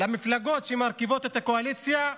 למפלגות שמרכיבות את הקואליציה,